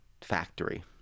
Factory